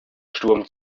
sturm